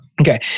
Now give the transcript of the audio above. okay